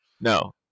No